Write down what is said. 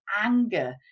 anger